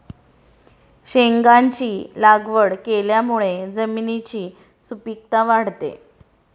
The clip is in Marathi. शेंगांची लागवड केल्यामुळे जमिनीची सुपीकता वाढते